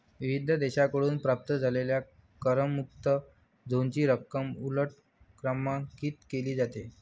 विविध देशांकडून प्राप्त झालेल्या करमुक्त झोनची रक्कम उलट क्रमांकित केली जाते